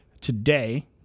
today